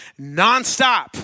nonstop